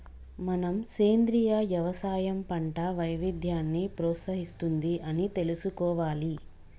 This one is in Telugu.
మనం సెంద్రీయ యవసాయం పంట వైవిధ్యాన్ని ప్రోత్సహిస్తుంది అని తెలుసుకోవాలి